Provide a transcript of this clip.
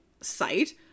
site